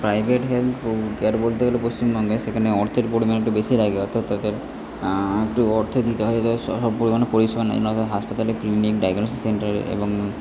private health ও care বলতে গেলে পশ্চিমবঙ্গে সেখানে অর্থের পরিমাণ একটু বেশি লাগে অর্থাৎ তাদের একটু অর্থ দিতে হয় তাদের সব পরিমাণে পরিষেবা নেই নয়তো হাসপাতালে ক্লিনিং ডায়গোনোসিস সেন্টার এবং